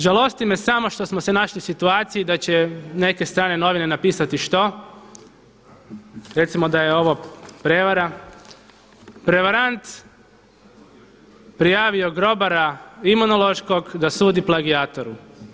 Žalosti me samo što smo se našli u situaciji da će neke strane novine napisati, što, recimo da je ovo prevara, prevarant prijavio grobara Imunološkog da sudi plagijatoru.